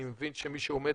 אני מבין שמי שעומד